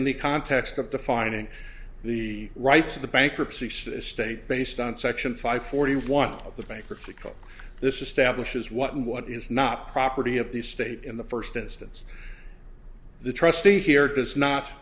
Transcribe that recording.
in the context of defining the rights of the bankruptcy so that state based on section five forty one of the bankruptcy court this establishes what and what is not property of the state in the first instance the trustee here does not